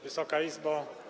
Wysoka Izbo!